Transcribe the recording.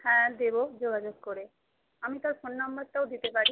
হ্যাঁ দেবো যোগাযোগ করে আমি তার ফোন নাম্বারটাও দিতে পারি